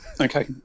Okay